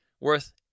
worth